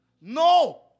No